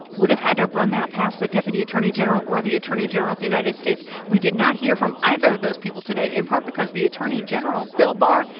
would have had to run that past the deputy attorney general or the attorney general of the united states. we did not hear from either those people today in part because the attorney general, bill barr,